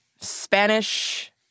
Spanish